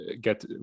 get